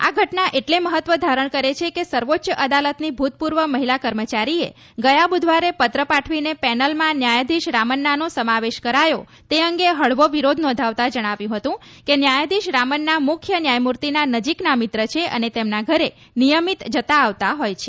આ ઘટના એટલે મહત્વ ધારણ કરે છે કે સર્વોચ્ચ અદાલતની ભૂતપૂર્વ મહિલા કર્મચારીએ ગયા બૂધવારે પત્ર પાઠવીને પેનલમાં ન્યાયાધીશ રામન્નાનો સમાવેશ કરાયો તે અંગે હળવો વિરોધ નોંધાવતા જણાવ્યું હતું કે ન્યાયાધીશ રામન્ના મુખ્ય ન્યાયમૂર્તિના નજીકના મિત્ર છે અને તેમના ઘરે નિયમિત જતા આવતા હોય છે